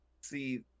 See